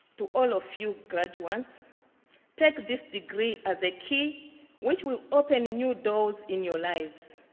to all of you graduates take this degree as a key which will open new doors in your lives.